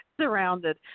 surrounded